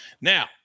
Now